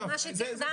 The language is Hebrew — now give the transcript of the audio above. סליחה,